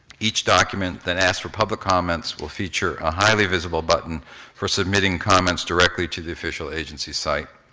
each document that ask for public comments will feature a highly visible button for submitting comments directly to the official agency site.